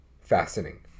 fastening